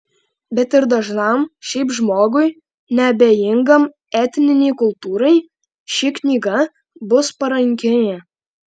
bet ir dažnam šiaip žmogui neabejingam etninei kultūrai ši knyga bus parankinė